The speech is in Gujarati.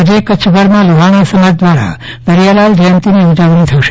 આજે કચ્છભરમાં લોહાણા સમાજ દ્વારા દરીયાલાલ જયંતિની ઉજવણી થશે